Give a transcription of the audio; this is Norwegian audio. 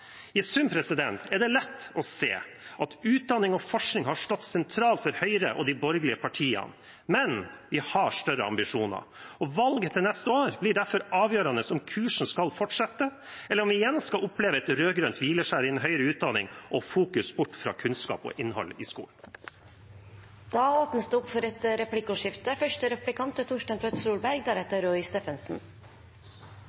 I sum er det lett å se at utdanning og forskning har stått sentralt for Høyre og de borgerlige partiene, men vi har større ambisjoner. Valget neste år blir derfor avgjørende for om kursen skal fortsette, eller om vi igjen skal oppleve et rød-grønt hvileskjær innen høyere utdanning og fokus bort fra kunnskap og innhold i skolen. Det blir replikkordskifte. Hvis Høyre er